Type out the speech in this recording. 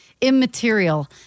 immaterial